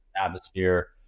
atmosphere